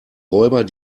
räuber